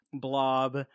Blob